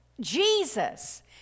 Jesus